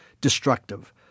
destructive